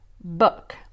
Book